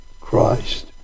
Christ